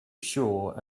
sure